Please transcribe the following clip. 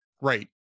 right